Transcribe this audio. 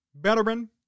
Veteran